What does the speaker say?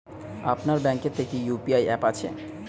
আপনার ব্যাঙ্ক এ তে কি ইউ.পি.আই অ্যাপ আছে?